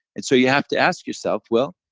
and so you have to ask yourself, well,